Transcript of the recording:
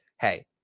hey